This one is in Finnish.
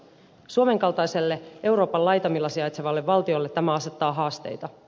suomen kaltaiselle euroopan laitamilla sijaitsevalle valtiolle tämä asettaa haasteita